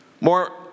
More